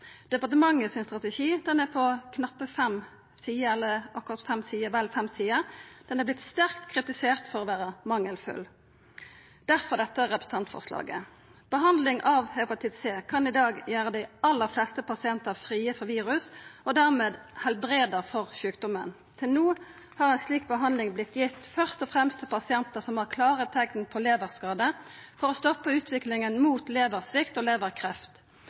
Departementet sin strategi er på vel 5 sider og har vorte sterkt kritisert for å vera mangelfull – derfor dette representantforslaget. Behandling av hepatitt C kan i dag gjera dei aller fleste pasientar frie for virus og dermed lækja for sjukdomen. Til no har ei slik behandling vorte gitt først og fremst til pasientar som har klare teikn på leverskade, for å stoppa utviklinga mot leversvikt og